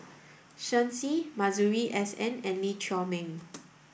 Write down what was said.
Shen Xi Masuri S N and Lee Chiaw Meng